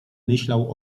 myślał